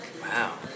Wow